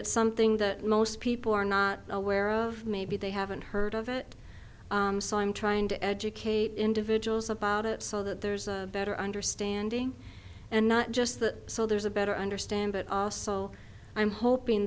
it's something that most people are not aware of maybe they haven't heard of it so i'm trying to educate individuals about it so that there's a better understanding and not just that so there's a better understand but also i'm hoping